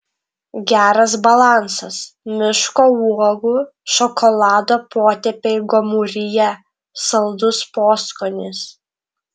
geras balansas miško uogų šokolado potėpiai gomuryje saldus poskonis